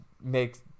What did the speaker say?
makes